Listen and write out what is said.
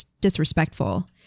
disrespectful